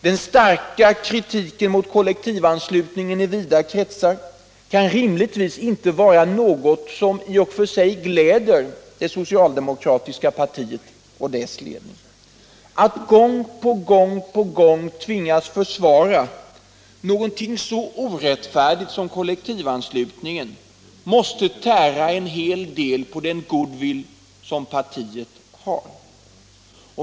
Den starka kritiken i vida kretsar mot kollektivanslutningen kan rimligtvis inte vara något som i och för sig gläder det socialdemokratiska partiet och dess ledning. Att gång på gång tvingas försvara någonting så orättfärdigt som kollektivanslutningen måste tära en hel del på den goodwill som partiet har.